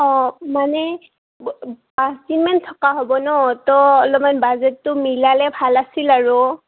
অঁ মানে পাঁচদিনমান থকা হ'ব ন ত' অলপমান বাজেটটো মিলালে ভাল আছিল আৰু